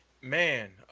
man